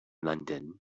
london